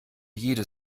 jede